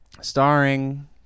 starring